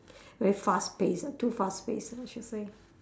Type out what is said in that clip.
very fast paced uh too fast paced I should say